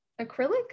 acrylic